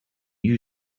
you